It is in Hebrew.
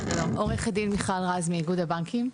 עו"ד מיכל רז מאיגוד הבנקים.